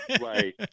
Right